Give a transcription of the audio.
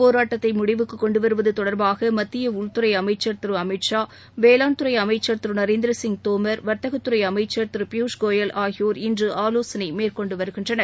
போராட்டத்தை முடிவுக்கு கொண்டு வருவது தொடர்பாக மத்திய உள்துறை அமைச்சர் திரு அமித்ஷா வேளாண்துறை அமைச்சர் திரு நரேந்திரசிங் தோமர் வர்த்தகத்துறை அமைச்சர் திரு பியூஷ் கோயல் ஆகியோர் இன்று ஆலோசனை மேற்கொண்டு வருகின்றனர்